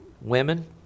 women